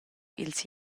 ils